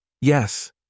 Yes